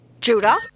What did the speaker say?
Judah